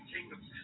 kingdoms